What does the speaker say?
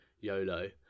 YOLO